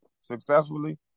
successfully